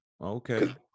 Okay